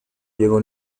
llegó